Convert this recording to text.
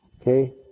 Okay